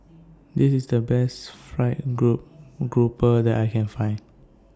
This IS The Best Fried Grouper that I Can Find